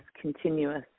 continuous